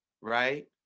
right